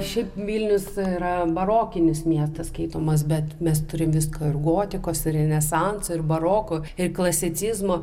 šiaip vilnius yra barokinis miestas skaitomas bet mes turim viską ir gotikos ir renesanso ir baroko ir klasicizmo